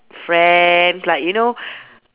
friend like you know